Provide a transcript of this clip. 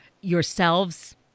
yourselves